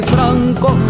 Franco